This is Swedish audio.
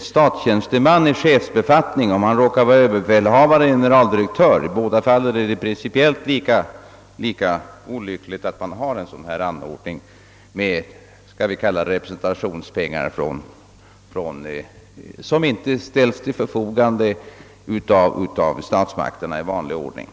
statstjänstemän i chefsbefattning. Om vederbörande råkar vara överbefälhavare eller generaldirektör är det principiellt lika klart att representationspengar o. d. bör ställas till förfogande av statsmakterna i vanlig ordning.